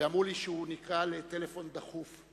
ואמרו לי שהוא נקרא לטלפון דחוף.